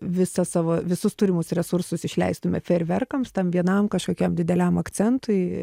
visą savo visus turimus resursus išleistume fejerverkams tam vienam kažkokiam dideliam akcentui